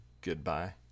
goodbye